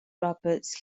roberts